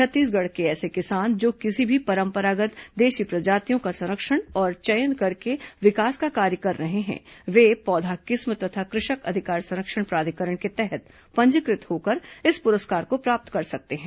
छत्तीसगढ़ के ऐसे किसान जो किसी भी परंपरागत् देशी प्रजातियों का संरक्षण और चयन करके विकास का कार्य कर रहे हैं वे पौधा किस्म तथा कृषक अधिकार संरक्षण प्राधिकरण के तहत पंजीकृत होकर इस पुरस्कार को प्राप्त कर सकते हैं